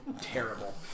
terrible